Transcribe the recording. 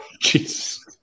Jesus